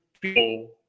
people